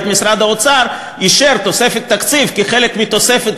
משרד האוצר אישר תוספת תקציב כחלק מתוספת,